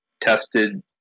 tested